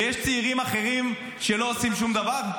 ויש צעירים אחרים שלא עושים שום דבר?